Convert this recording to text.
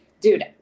dude